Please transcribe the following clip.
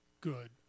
good